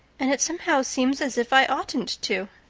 and it somehow seems as if i oughtn't to.